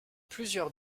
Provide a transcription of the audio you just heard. plusieurs